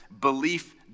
belief